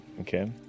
Okay